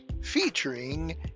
featuring